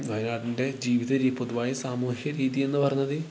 വയനാടിൻ്റെ ജീവിതരീ പൊതുവായ സാമൂഹ്യരീതിയെന്നു പറഞ്ഞത്